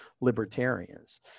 libertarians